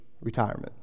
retirement